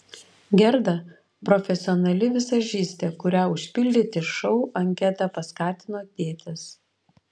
gerda profesionali vizažistė kurią užpildyti šou anketą paskatino tėtis